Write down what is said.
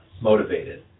motivated